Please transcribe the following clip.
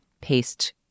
paste